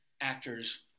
actors